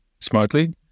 smartly